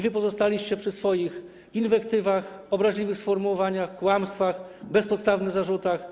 Wy pozostaliście przy swoich inwektywach, obraźliwych sformułowaniach, kłamstwach, bezpodstawnych zarzutach.